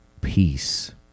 Peace